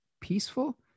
peaceful